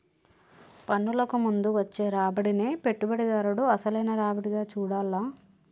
పన్నులకు ముందు వచ్చే రాబడినే పెట్టుబడిదారుడు అసలైన రాబడిగా చూడాల్ల